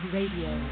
Radio